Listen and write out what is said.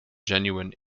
genuine